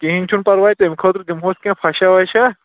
کِہیٖنۍ چھُنہٕ پَرواے تَمہِ خٲطرٕ دِمہوس کیٚنہہ فَشا وَشا